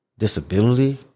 disability